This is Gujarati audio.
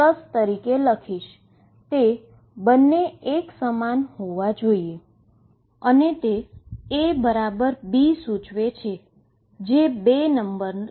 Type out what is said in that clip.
તે બંને એક સમાન હોવા જોઈએ અને તે AB સૂચવે છે જે નંબર 2 થશે